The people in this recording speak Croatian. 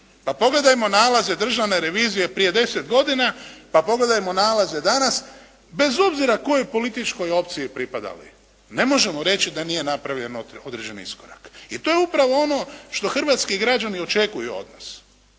pa pogledajmo nalaze državne revizije prije 10 godina, pa pogledajmo nalaze danas, bez obzira kojoj političkoj opciji pripadali ne možemo reći da nije napravljen određeni iskorak i to je upravo ono što hrvatski građani očekuju od nas.